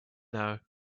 now